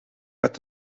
met